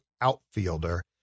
outfielder